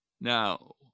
Now